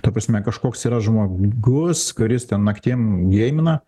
ta prasme kažkoks yra žmogus kuris ten naktim geimina